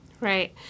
Right